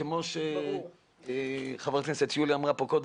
כמו שאמרה קודם חברת הכנסת יוליה מלינובסקי,